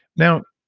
now,